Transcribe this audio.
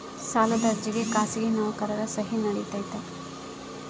ಸಾಲದ ಅರ್ಜಿಗೆ ಖಾಸಗಿ ನೌಕರರ ಸಹಿ ನಡಿತೈತಿ?